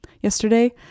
Yesterday